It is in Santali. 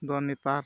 ᱫᱚ ᱱᱮᱛᱟᱨ